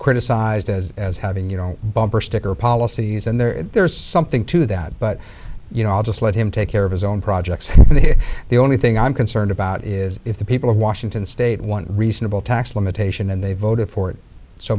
criticized as as having you know bumper sticker policies and there's something to that but you know i'll just let him take care of his own projects and here the only thing i'm concerned about is if the people of washington state want reasonable tax limitation and they voted for it so